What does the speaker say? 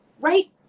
right